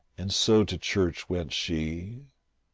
and so to church went she,